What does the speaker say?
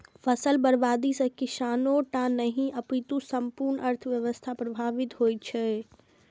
फसल बर्बादी सं किसाने टा नहि, अपितु संपूर्ण अर्थव्यवस्था प्रभावित होइ छै